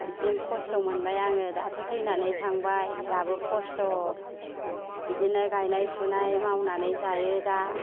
बिदिनो खस्थ' मोनबाय आङो दाथ' थैनानै थांबाय दाबो खस्थ' बिदिनो गायनाय फुनाय मावनानै जायो दा